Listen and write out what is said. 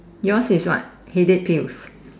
yours is what headache pills